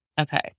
Okay